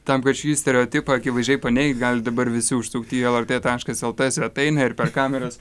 tam kad šį stereotipą akivaizdžiai paneigt galit dabar visi užsukt į lrt taškas lt svetainę ir per kameras